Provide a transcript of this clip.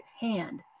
hand